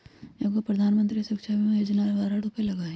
एगो प्रधानमंत्री सुरक्षा बीमा योजना है बारह रु लगहई?